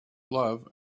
love